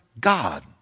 God